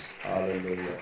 hallelujah